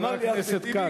אמר לי אחמד טיבי,